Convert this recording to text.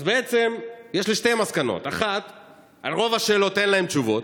אז בעצם יש לי שתי מסקנות: 1. על רוב השאלות אין להם תשובות,